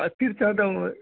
അത് തീർച്ചയായിട്ടും നമ്മൾ